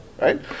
right